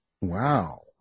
Wow